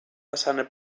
façana